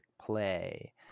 play